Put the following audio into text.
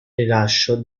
rilascio